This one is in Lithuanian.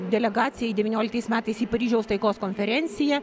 delegacijai devynioliktais metais į paryžiaus taikos konferenciją